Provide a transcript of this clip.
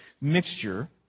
mixture